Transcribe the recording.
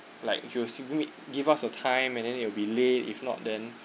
like you simply give us a time and then you will be late if not then